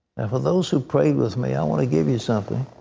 and for those who prayed with me, i want to give you something.